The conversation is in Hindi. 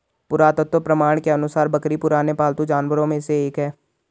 पुरातत्व प्रमाण के अनुसार बकरी पुराने पालतू जानवरों में से एक है